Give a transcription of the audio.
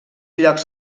llocs